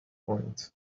point